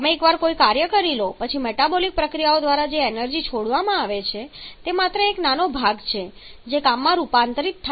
એકવાર તમે કાર્ય કરી લો પછી મેટાબોલિક પ્રક્રિયાઓ દ્વારા જે એનર્જી છોડવામાં આવે છે તે માત્ર એક નાનો ભાગ છે જે કામમાં રૂપાંતરિત થાય છે